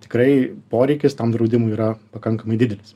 tikrai poreikis tam draudimui yra pakankamai didelis